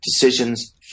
decisions